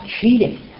cheating